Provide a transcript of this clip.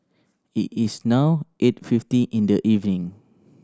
it is now eight fifty in the evening